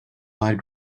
light